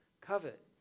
covet